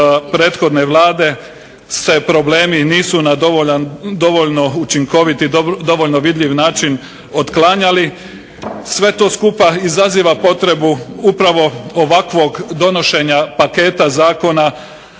prethodne vlade se problemi nisu na dovoljno učinkovit i dovoljno vidljiv način otklanjali, sve to skupa izaziva potrebu upravo ovakvog donošenja paketa zakona